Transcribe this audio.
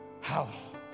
house